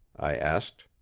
i asked.